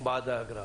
בעד האגרה,